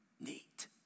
Neat